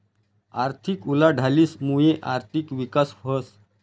आर्थिक उलाढालीस मुये आर्थिक विकास व्हस